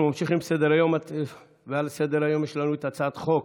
בעד הצעת החוק